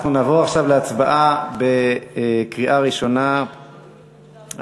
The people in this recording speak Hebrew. אנחנו נעבור עכשיו להצבעה בקריאה ראשונה על